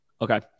Okay